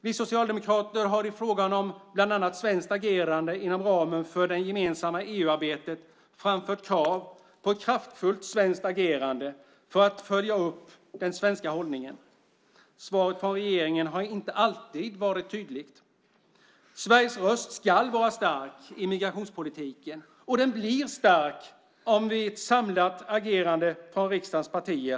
Vi socialdemokrater har bland annat i frågan om svenskt agerande inom ramen för det gemensamma EU-arbetet framfört krav på ett kraftfullt svenskt agerande för att följa upp den svenska hållningen. Svaret från regeringen har inte alltid varit helt tydligt. Sveriges röst ska vara stark i migrationspolitiken och den blir stark av ett samlat agerande från riksdagens partier.